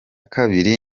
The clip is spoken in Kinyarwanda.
kabiri